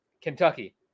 Kentucky